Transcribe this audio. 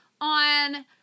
on